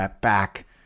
back